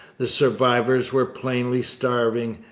the survivors were plainly starving,